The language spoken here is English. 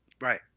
Right